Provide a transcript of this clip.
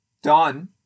Done